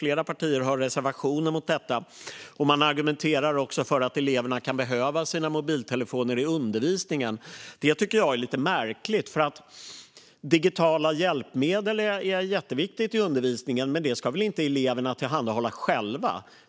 Flera partier har reservationer mot detta, och man argumenterar också för att eleverna kan behöva sina mobiltelefoner i undervisningen. Det tycker jag är lite märkligt. Digitala hjälpmedel är jätteviktigt i undervisningen, men det ska väl inte eleverna tillhandahålla själva?